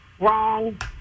wrong